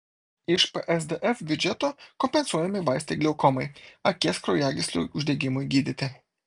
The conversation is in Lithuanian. iš psdf biudžeto kompensuojami vaistai glaukomai akies kraujagyslių uždegimui gydyti